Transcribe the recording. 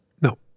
no